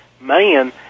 man